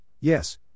yes